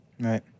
Right